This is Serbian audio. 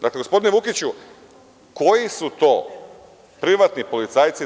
Dakle, gospodine Vukiću, koji su to privatni policajci DS?